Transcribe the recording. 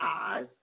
eyes